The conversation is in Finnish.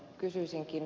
kysyisinkin